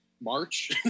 March